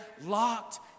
locked